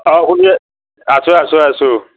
অঁ শুনি আছোঁ আছোঁ আছোঁ